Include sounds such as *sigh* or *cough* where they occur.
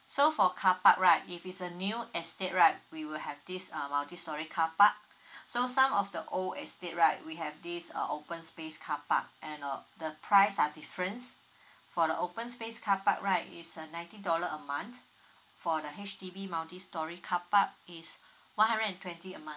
so for carpark right if it's a new estate right we will have this uh multi storey carpark *breath* so some of the old estate right we have this uh open space carpark and uh the price are difference for the open space carpark right is a nineteen dollar a month for the H_D_B multi storey carpark is one hundred and twenty a month